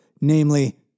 namely